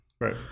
Right